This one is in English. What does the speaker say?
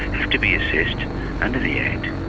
have to be assessed under the act,